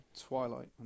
Twilight